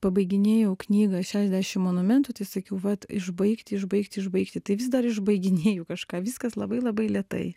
pabaiginėjau knygą šešdešim monumentų tai sakiau vat išbaigti išbaigti išbaigti tai vis dar iš baiginėju kažką viskas labai labai lėtai